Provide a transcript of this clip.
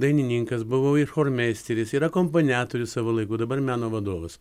dainininkas buvau ir chormeisteris ir akompaniatorius savo laiku dabar meno vadovas